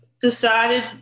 decided